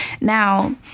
Now